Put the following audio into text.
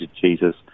Jesus